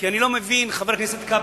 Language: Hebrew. כי אני לא מבין, חבר הכנסת כבל,